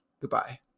goodbye